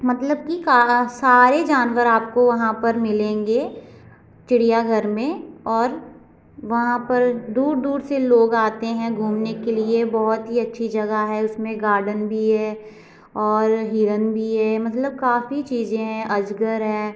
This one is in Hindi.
मतलब की सारे जानवर आपको वहाँ पर मिलेंगे चिड़िया घर में और वहाँ पर दूर दूर से लोग आते हैं घूमने के लिए बहुत ही अच्छी जगह है उसमें गार्डन भी हैं और हिरण भी है मतलब काफी चीज़े हैं अजगर है